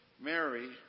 Mary